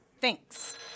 Thanks